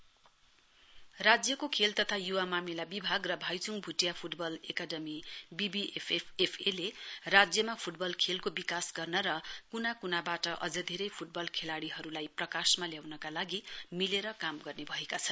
football collaboration राज्यको खेल तथा युवा मामिला विभाग र Bhaichung Bhutia football academy BBTA राज्यमा फ्टबल खेलको विकास गर्न र क्ना क्नाबाट अझ धेरै फ्टबल खेलाडीहरूलाई प्रकाशमा ल्याउनका लागि मिलेर काम गर्ने भएका छन्